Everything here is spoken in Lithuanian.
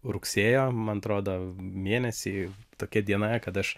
rugsėjo man atrodo mėnesį tokia diena kad aš